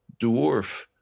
dwarf